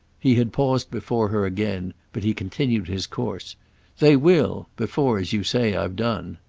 he had paused before her again, but he continued his course they will before, as you say, i've done.